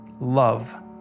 love